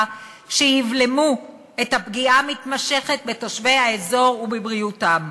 שיבלמו את הפגיעה המתמשכת בתושבי האזור ובבריאותם.